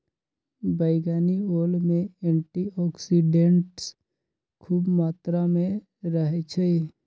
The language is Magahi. बइगनी ओल में एंटीऑक्सीडेंट्स ख़ुब मत्रा में रहै छइ